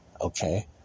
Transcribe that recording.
okay